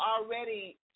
already